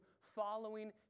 following